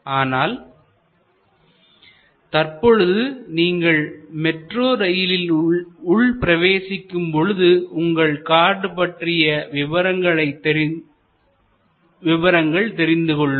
ஆனால் தற்பொழுது நீங்கள் மெட்ரோ ரயிலில் உள் பிரவேசிக்கும் பொழுது உங்கள் கார்டு பற்றிய விபரங்களைத் தெரிந்து கொள்ளும்